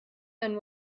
and